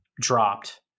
dropped